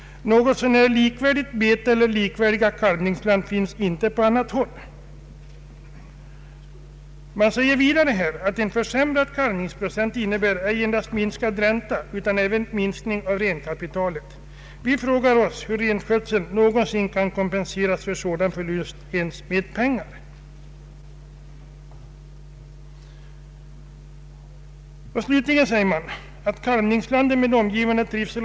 Något så när likvärdigt bete eller likvärdiga kalvningsland finns inte på annat håll.” Man säger vidare: ”En försämrad kalvningsprocent innebär ej endast minskad ränta utan även minskning av renkapitalet. Vi frågar oss hur renskötseln någonsin kan kompenseras för sådan förlust ens med pengar.” Slutligen anför man: ”Kalvningslanden med omgivande trivsel.